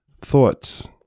thoughts